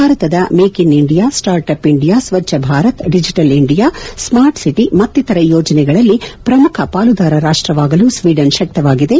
ಭಾರತದ make in India start up India Swachh Bharat digital India smart city ಮತ್ತಿತರ ಯೋಜನೆಗಳಲ್ಲಿ ಪ್ರಮುಖ ಪಾಲುದಾರ ರಾಷ್ಟವಾಗಲು ಸ್ವೀಡನ್ ಶಕ್ತವಾಗಿದೆ